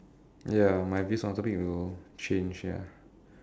ya my views on the topic will change ya